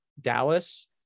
Dallas